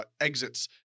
exits